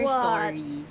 story